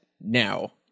now